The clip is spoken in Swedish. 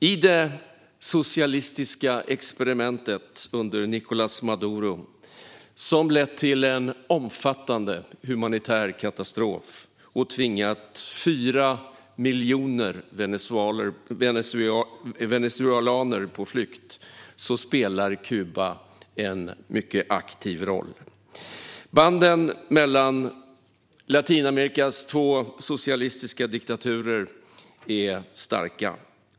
I det socialistiska experimentet under Nicolás Maduro, som lett till en omfattande humanitär katastrof och tvingat 4 miljoner venezuelaner på flykt, spelar Kuba en mycket aktiv roll. Banden mellan Latinamerikas två socialistiska diktaturer är starka.